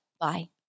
Bye